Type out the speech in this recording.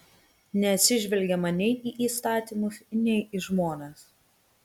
neatsižvelgiama nei į įstatymus nei į žmones